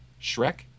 Shrek